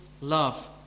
love